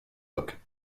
book